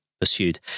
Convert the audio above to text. pursued